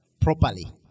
Properly